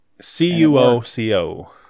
C-U-O-C-O